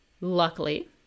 luckily